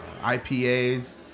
IPAs